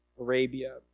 Arabia